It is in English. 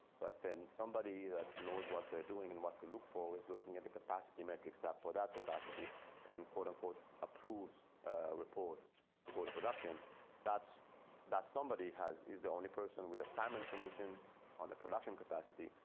but then somebody that knows what they're doing, and what to look for was looking at the capacity metrics app for that capacity encoder code approves report go to production that's that somebody has is the only person with assignment permissions on the production capacity.